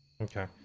Okay